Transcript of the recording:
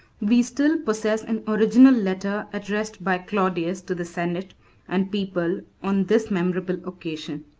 we still posses an original letter addressed by claudius to the senate and people on this memorable occasion.